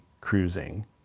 cruising